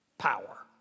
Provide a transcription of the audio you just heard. power